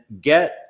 get